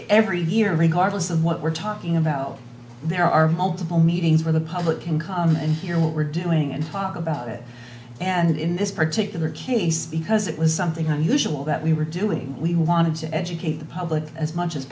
every year regardless of what we're talking about there are multiple meetings where the public can come and hear what we're doing and talk about it and in this particular case because it was something unusual that we were doing we wanted to educate the public as much as